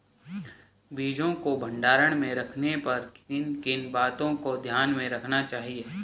बीजों को भंडारण में रखने पर किन किन बातों को ध्यान में रखना चाहिए?